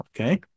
okay